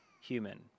human